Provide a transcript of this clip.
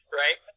right